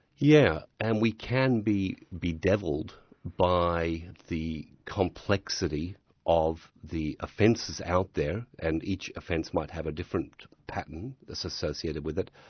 yeah and we can be bedevilled by the complexity of the offences out there, and each offence might have a different pattern associated with it,